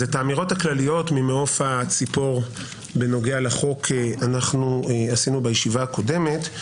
אז את האמירות הכלליות ממעוף הציפור בנוגע לחוק עשינו בישיבה הקודמת,